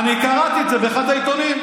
אני קראתי את זה באחד העיתונים.